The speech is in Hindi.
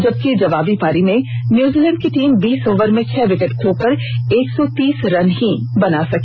जबकि जवाबी पारी में न्यूजीलैंड की टीम बीस ओवर में छह विकेट खोकर एक सौ तीस रन ही बना सकी